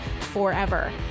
forever